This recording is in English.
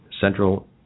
central